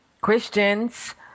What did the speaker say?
Christians